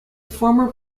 former